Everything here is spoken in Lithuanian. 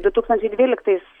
du tūkstančiai dvyliktais